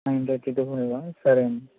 nine thirty two ఫైవా సరే అండి